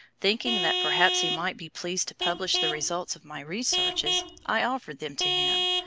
thinking that perhaps he might be pleased to publish the results of my researches, i offered them to him,